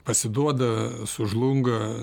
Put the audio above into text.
pasiduoda sužlunga